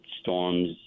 storms